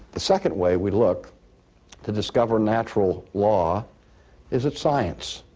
the second way, we look to discover natural law is its science.